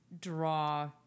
draw